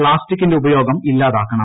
പ്പാസ്റ്റിക്കിന്റെ ഉപയോഗം ഇല്ലാതാക്കണം